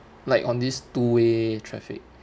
like on this two way traffic